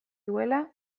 duela